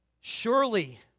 Surely